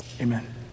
amen